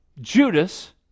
Judas